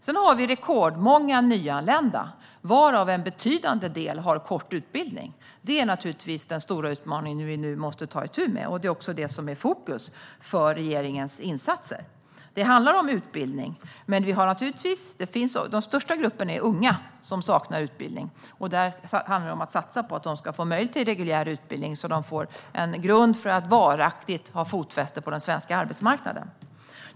Vi har rekordmånga nyanlända, varav en betydande del har kort utbildning. Detta är naturligtvis den stora utmaning som vi nu måste ta itu med, och det är också detta som är fokus för regeringens insatser. Det handlar om utbildning. Den största gruppen består av unga som saknar utbildning. Det handlar om att satsa på att de ska få möjlighet till reguljär utbildning, så att de får en grund för att varaktigt kunna få fotfäste på den svenska arbetsmarknaden.